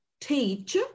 teach